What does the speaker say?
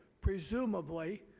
presumably